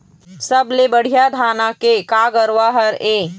सबले बढ़िया धाना के का गरवा हर ये?